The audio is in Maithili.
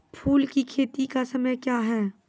फुल की खेती का समय क्या हैं?